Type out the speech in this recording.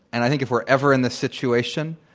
and i think if we're ever in the situation,